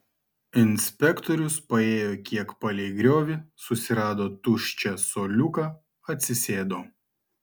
inspektorius paėjo kiek palei griovį susirado tuščią suoliuką atsisėdo